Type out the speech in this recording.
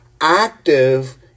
active